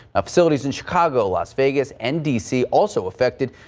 ah facilities in chicago, las vegas and dc also affected.